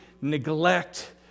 neglect